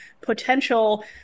potential